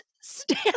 stand